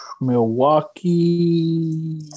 Milwaukee